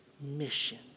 mission